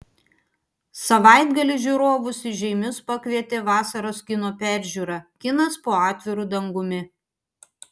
savaitgalį žiūrovus į žeimius pakvietė vasaros kino peržiūra kinas po atviru dangumi